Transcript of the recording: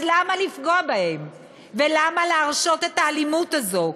אז למה לפגוע בהם ולמה להרשות את האלימות הזאת?